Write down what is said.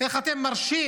איך אתם מרשים?